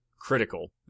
critical